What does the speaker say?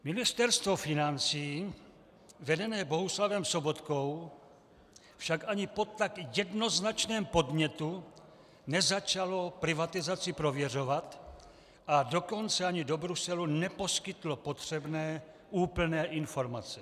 Ministerstvo financí vedené Bohuslavem Sobotkou však ani po tak jednoznačném podnětu nezačalo privatizaci prověřovat, a dokonce ani do Bruselu neposkytlo potřebné úplné informace.